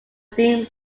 theme